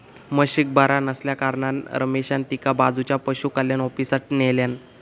म्हशीक बरा नसल्याकारणान रमेशान तिका बाजूच्या पशुकल्याण ऑफिसात न्हेल्यान